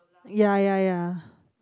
ya ya ya